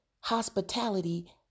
hospitality